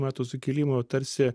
metų sukilimo tarsi